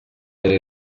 era